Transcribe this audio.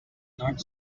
north